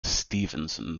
stephenson